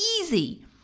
easy